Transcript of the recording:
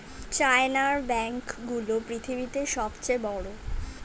চায়নার ব্যাঙ্ক গুলো পৃথিবীতে সব চেয়ে বড়